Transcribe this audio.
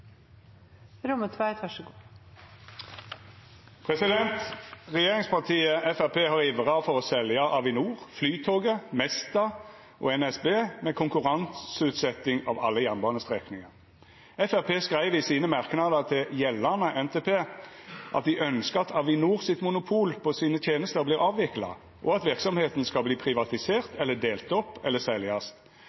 å selja Avinor, Flytoget, Mesta og NSB, med konkurranseutsetjing av alle jernbanestrekningar. Framstegspartiet skreiv i sine merknader til gjeldande NTP at dei ønskjer at Avinors monopol på sine tenester vert avvikla, at verksemda vert privatisert, delt opp eller seld, og at staten skal